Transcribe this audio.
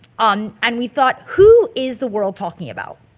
um and we thought, who is the world talking about?